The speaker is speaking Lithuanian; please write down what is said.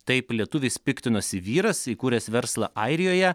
taip lietuviais piktinosi vyras įkūręs verslą airijoje